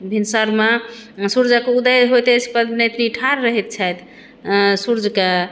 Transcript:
भिनसरमे सूर्यक उदय होइत अछि पबनितनि ठाढ़ रहैत छथि सूर्यके